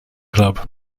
club